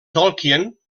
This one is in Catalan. tolkien